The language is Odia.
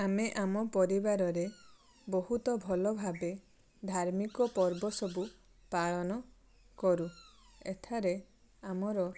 ଆମେ ଆମ ପରିବାରରେ ବହୁତ ଭଲ ଭାବେ ଧାର୍ମିକ ପର୍ବ ସବୁ ପାଳନ କରୁ ଏଠାରେ ଆମର